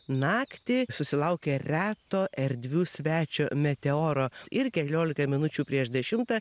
naktį susilaukė reto erdvių svečio meteoro ir keliolika minučių prieš dešimtą